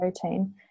protein